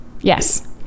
Yes